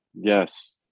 yes